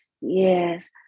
Yes